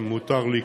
אם מותר לי,